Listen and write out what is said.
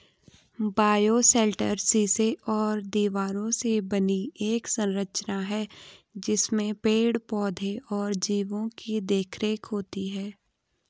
bioshelter शीशे और दीवारों से बनी एक संरचना है जिसमें पेड़ पौधे और जीवो की देखरेख होती है